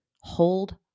hold